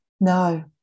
No